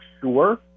sure